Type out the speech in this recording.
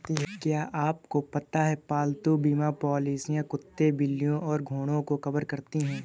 क्या आपको पता है पालतू बीमा पॉलिसियां कुत्तों, बिल्लियों और घोड़ों को कवर करती हैं?